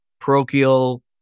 parochial